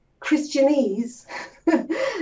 Christianese